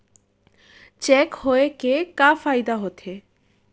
Cheque होए के का फाइदा होथे?